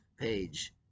page